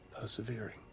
persevering